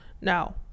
Now